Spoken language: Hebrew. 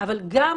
אל מול אותן